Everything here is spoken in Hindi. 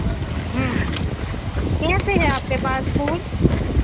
कैसे हैं आपके पास फूल